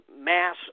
mass